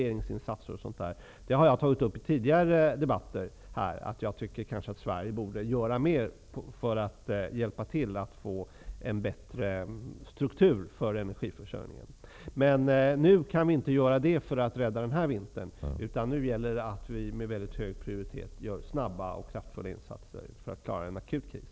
Det behövs insatser för isolering osv. Det har jag tagit upp i tidigare debatter. Jag tycker att Sverige borde göra mer för att hjälpa till att få fram en bättre struktur för energiförsörjningen. Det kan vi inte göra för att rädda denna vinter. Nu gäller det att vi med hög prioritet gör snabba och kraftfulla insatser för att klara en akut kris.